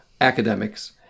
academics